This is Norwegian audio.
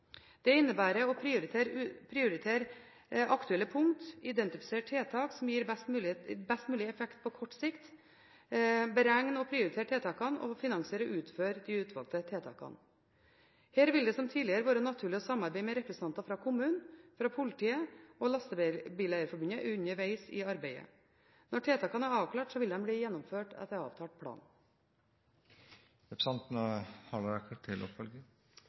innebærer å prioritere aktuelle punkter, identifisere tiltak som gir best mulig effekt på kort sikt, beregne og prioritere tiltakene, finansiere og utføre de utvalgte tiltakene. Her vil det som tidligere være naturlig å samarbeide med representanter fra kommunen, politiet og Lastebileierforbundet underveis i arbeidet. Når tiltakene er avklart, vil de bli gjennomført etter avtalt plan.